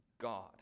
God